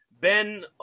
Ben